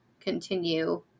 continue